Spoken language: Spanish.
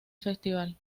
festival